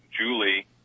Julie